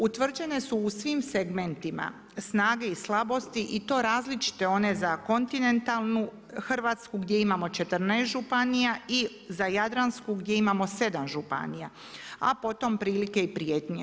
Utvrđene su u svim segmentima snage i slabosti i to različite one za kontinentalnu Hrvatsku gdje imamo 14 županija i za jadransku gdje imamo 7 županija, a potom prilike i prijetnje.